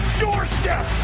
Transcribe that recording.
doorstep